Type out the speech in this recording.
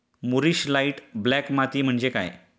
मूरिश light black माती म्हणजे काय?